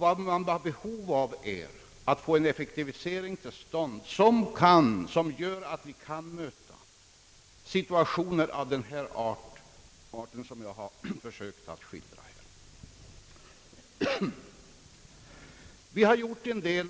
Vad som krävs är att få en effektivisering till stånd som gör att vi kan möta situationer av den art som jag här har försökt skildra. Vi har gjort en del